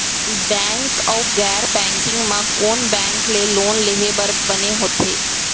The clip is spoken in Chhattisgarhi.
बैंक अऊ गैर बैंकिंग म कोन बैंक ले लोन लेहे बर बने होथे?